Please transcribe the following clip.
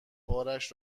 بارش